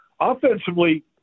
offensively